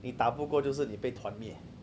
你打不过就是你被同灭